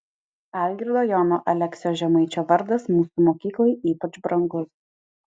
algirdo jono aleksio žemaičio vardas mūsų mokyklai ypač brangus